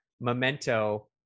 memento